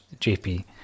JP